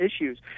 issues